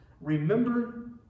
remember